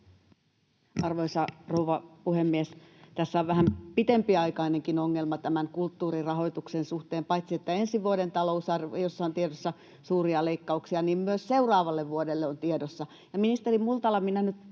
Arvoisa rouva puhemies! Tässä on vähän pitempiaikainenkin ongelma tämän kulttuurirahoituksen suhteen: paitsi että ensi vuoden talousarviossa on tiedossa suuria leikkauksia, myös seuraavalle vuodelle niitä on tiedossa.